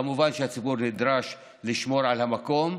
כמובן שהציבור נדרש לשמור על המקום,